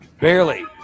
barely